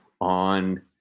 on